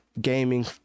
gaming